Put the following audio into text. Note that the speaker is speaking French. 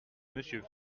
monsieur